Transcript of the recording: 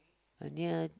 uh near